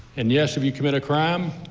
and yes, if you commit a crime,